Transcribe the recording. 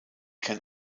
can